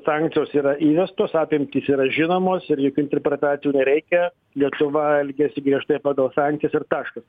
sankcijos yra įvestos apimtys yra žinomos ir jokių interpretacijų nereikia lietuva elgiasi griežtai pagal sankcijas ir taškas